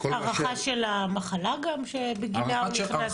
הערכה של המחלה גם שבגינה הוא נכנס לבית חולים?